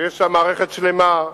ויש שם מערכת שלמה,